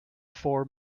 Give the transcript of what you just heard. four